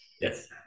yes